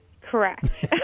Correct